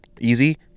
easy